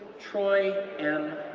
troy m.